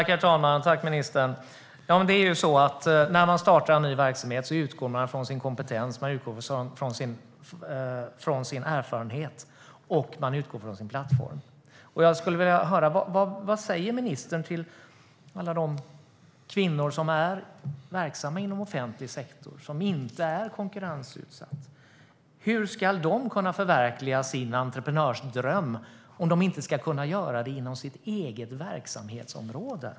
Herr talman! När man startar en ny verksamhet utgår man från sin kompetens, sin erfarenhet och sin plattform. Jag skulle vilja höra: Vad säger ministern till alla de kvinnor som är verksamma inom offentlig sektor, som inte är konkurrensutsatt? Hur ska de kunna förverkliga sin entreprenörsdröm om de inte ska kunna göra det inom sitt eget verksamhetsområde?